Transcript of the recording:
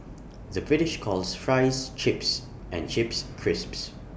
the British calls Fries Chips and Chips Crisps